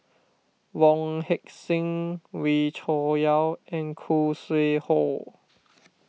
Wong Heck Sing Wee Cho Yaw and Khoo Sui Hoe